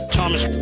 Thomas